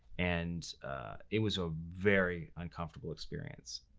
and it was a very uncomfortable experience.